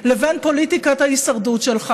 לבין פוליטיקת ההישרדות שלך,